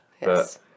Yes